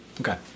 Okay